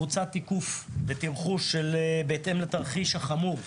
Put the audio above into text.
בוצע תיקוף ותמחור בהתאם לתרחיש החמור,